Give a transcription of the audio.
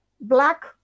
black